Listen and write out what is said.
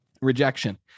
rejection